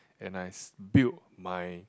and I build my